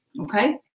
Okay